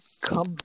come